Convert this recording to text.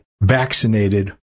vaccinated